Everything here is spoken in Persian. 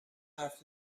حرف